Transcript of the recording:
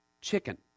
chicken